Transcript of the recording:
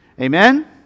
Amen